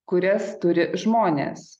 kurias turi žmonės